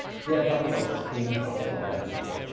here are a couple of screenshots from that video.